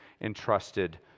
entrusted